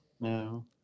No